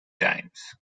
times